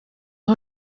aho